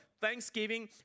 Thanksgiving